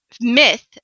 myth